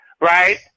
right